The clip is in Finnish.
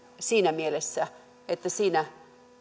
siinä mielessä että siinä